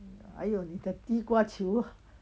还有你的地瓜球